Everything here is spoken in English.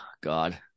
God